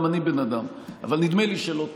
גם אני בן אדם, אבל נדמה לי שלא טעיתי.